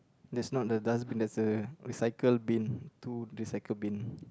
that's not the dustbin that's a recycle bin two recycle bin